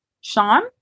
Sean